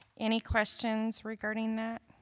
any questions regarding that